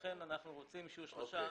לכן אנחנו רוצים שיהיו שלושה שמאים.